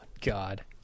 God